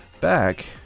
Back